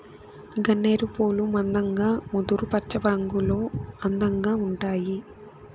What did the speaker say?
గన్నేరు పూలు మందంగా ముదురు పచ్చరంగులో అందంగా ఉంటాయి